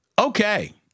okay